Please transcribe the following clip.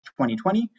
2020